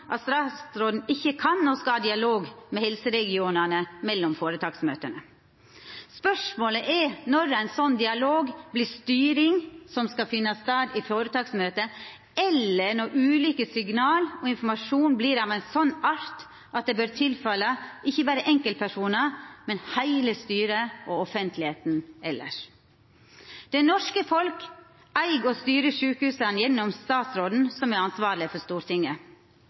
at statsråden ikkje kan, og skal, ha dialog med helseregionane mellom føretaksmøta. Spørsmålet er når ein slik dialog vert styring som skal finna stad i føretaksmøtet, eller når ulike signal og informasjon vert av ein slik art at det bør tilkoma ikkje berre enkeltpersonar, men heile styret og offentlegheita elles. Det norske folk eig og styrer sjukehusa gjennom statsråden, som er ansvarleg for Stortinget.